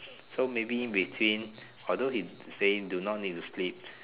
so maybe in between although he say do not need to sleep